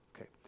Okay